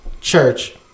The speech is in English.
Church